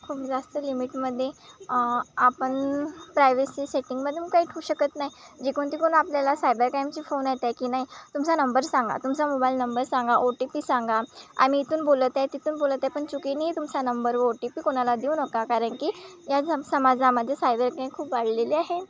खूप जास्त लिमिटमध्ये आपण प्रायव्हेसी सेटिंगमधून काही ठेऊ शकत नाही जिकडून तिकडून आपल्याला सायबर काईमची फोन येते की नाही तुमचा नंबर सांगा तुमचा मोबाईल नंबर सांगा ओ टी पी सांगा आम्ही इथून बोलत आहे तिथून बोलत आहे पण चुकूनही तुमचा नंबर ओ टी पी कोणाला देऊ नका कारण की या समाजामध्ये सायबर काईम खूप वाढलेली आहे